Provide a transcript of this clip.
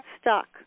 stuck